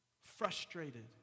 frustrated